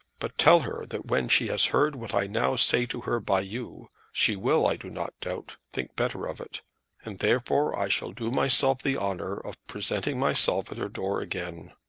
but tell her that when she has heard what i now say to her by you, she will, i do not doubt, think better of it and therefore i shall do myself the honour of presenting myself at her door again.